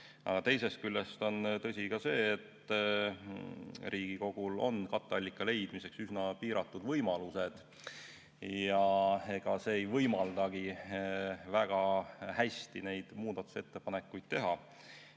teisest küljest on tõsi ka see, et Riigikogul on katteallika leidmiseks üsna piiratud võimalused. Ega see ei võimaldagi väga hästi neid muudatusettepanekuid teha.